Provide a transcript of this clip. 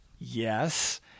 Yes